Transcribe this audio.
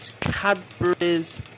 Cadbury's